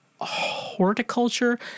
horticulture